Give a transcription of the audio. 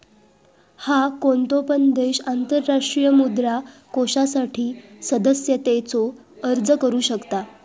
हा, कोणतो पण देश आंतरराष्ट्रीय मुद्रा कोषासाठी सदस्यतेचो अर्ज करू शकता